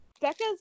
Becca's